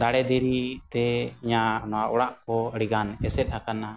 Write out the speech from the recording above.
ᱫᱟᱨᱮ ᱫᱷᱤᱨᱤᱛᱮ ᱤᱧᱟᱹᱜ ᱱᱚᱣᱟ ᱚᱲᱟᱜᱠᱚ ᱟᱹᱰᱤᱜᱟᱱ ᱮᱥᱮᱫ ᱟᱠᱟᱱᱟ